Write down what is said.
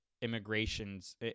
immigrations